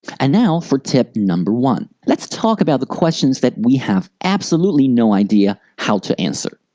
and now, for tip number one, let's talk about the questions that we have absolutely no idea how to answer.